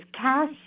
Cash